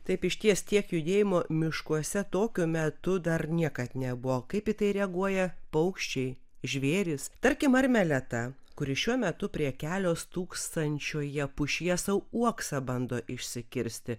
taip išties tiek judėjimo miškuose tokiu metu dar niekad nebuvo kaip į tai reaguoja paukščiai žvėrys tarkim ar meleta kuri šiuo metu prie kelio stūksančioje pušyje sau uoksą bando išsikirsti